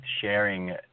sharing